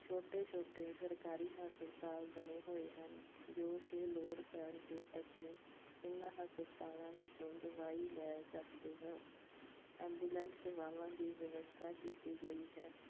ਛੋਟੇ ਛੋਟੇ ਸਰਕਾਰੀ ਹਸਪਤਾਲ ਬਣੇ ਹੋਏ ਹਨ ਜੋ ਕਿ ਲੋੜ ਪੈਣ 'ਤੇ ਅਸੀਂ ਇਹਨਾਂ ਹਸਪਤਾਲਾਂ ਵਿੱਚੋਂ ਦਵਾਈ ਲੈ ਸਕਦੇ ਹਾਂ ਐਬੂਲੈਂਸ ਸੇਵਾਵਾਂ ਦੀ ਵਿਵਸਥਾ ਕੀਤੀ ਗਈ ਹੈ